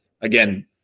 Again